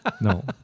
No